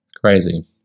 Crazy